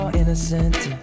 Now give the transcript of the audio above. innocent